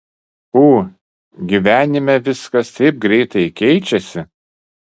ū gyvenime viskas taip greitai keičiasi